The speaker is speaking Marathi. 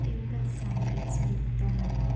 एवढंच सांगायचं होतं मला